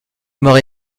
mari